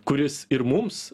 kuris ir mums